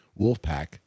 Wolfpack